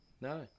No